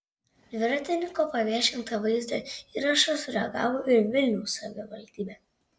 dviratininko paviešintą vaizdo įrašą sureagavo ir vilniaus savivaldybė